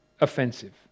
offensive